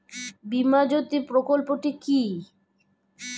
বীমা জ্যোতি প্রকল্পটি কি?